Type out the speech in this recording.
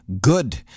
good